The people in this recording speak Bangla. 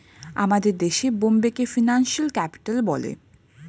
আমাদের দেশে বোম্বেকে ফিনান্সিয়াল ক্যাপিটাল বলে